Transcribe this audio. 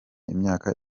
imyaka